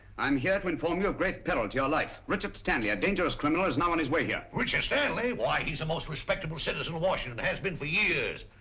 i'm here to inform you of great peril to your life. richard stanley, a dangerous criminal, is now on his way here. richard stanley? why he's the most respectable citizen in washington has been for years.